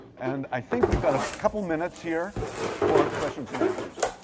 and i think we've got a couple minutes here for questions and answers.